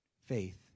faith